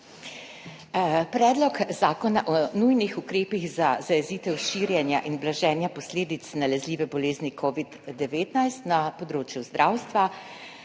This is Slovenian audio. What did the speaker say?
Predlog zakona o nujnih ukrepih za zajezitev širjenja in blaženja posledic nalezljive bolezni COVID-19 na področju zdravstva